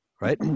right